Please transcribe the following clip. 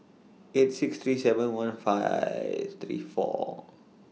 eight six three seven one five three four